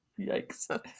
Yikes